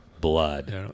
blood